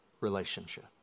relationship